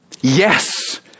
Yes